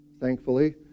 thankfully